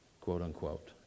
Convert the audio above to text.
quote-unquote